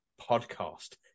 podcast